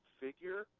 figure